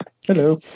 Hello